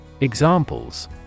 Examples